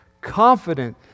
confident